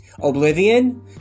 Oblivion